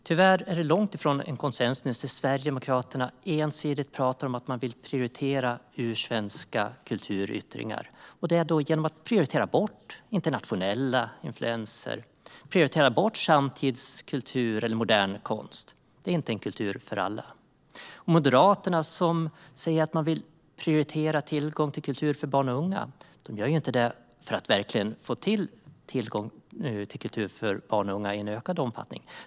Tyvärr är det långt ifrån konsensus, då Sverigedemokraterna ensidigt pratar om att man vill prioritera ursvenska kulturyttringar genom att prioritera bort internationella influenser, samtidskultur eller modern konst. Det är inte en kultur för alla. Moderaterna, som säger att man vill prioritera tillgång till kultur för barn och unga, gör det inte för att verkligen få till en tillgång till kultur för barn och unga i en ökad omfattning.